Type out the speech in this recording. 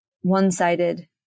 one-sided